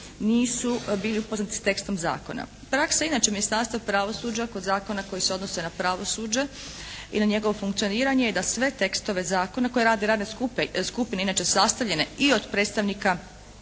nisu bili upoznati sa tekstom zakona. Praksa je inače Ministarstva pravosuđa kod zakona koji se odnose na pravosuđe i na njegovo funkcioniranje je da sve tekstove zakona koje rade radne skupine inače sastavljene i od predstavnika